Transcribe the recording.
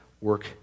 work